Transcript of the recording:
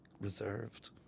reserved